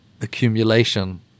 accumulation